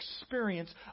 experience